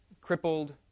crippled